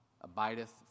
abideth